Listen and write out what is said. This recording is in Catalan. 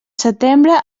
setembre